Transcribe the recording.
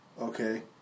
Okay